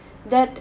that